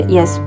Yes